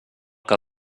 que